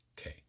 okay